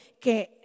que